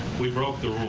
we broke the